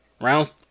Rounds